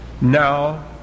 now